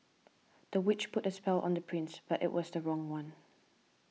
the witch put a spell on the prince but it was the wrong one